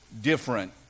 different